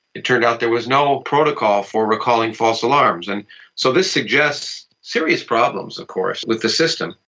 it turned out there was no protocol for recalling false alarms. and so this suggests serious problems of course with the system.